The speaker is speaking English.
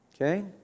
Okay